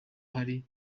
hari